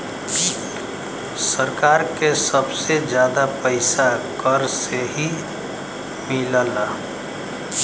सरकार के सबसे जादा पइसा कर से ही मिलला